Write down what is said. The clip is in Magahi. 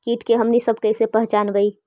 किट के हमनी सब कईसे पहचनबई?